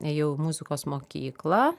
ėjau į muzikos mokyklą